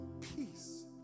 peace